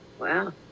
Wow